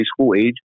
school-age